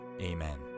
Amen